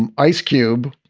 and ice cube,